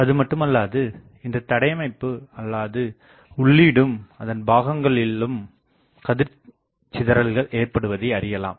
அதுமட்டுமல்லாது இந்த தடைஅமைப்பு அல்லாது உள்ளீடும் அதன் பாகங்களினாலும் கதிர் சிதறல்கள் ஏற்படுவதையும் அறியலாம்